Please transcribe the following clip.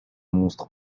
monstre